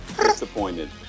Disappointed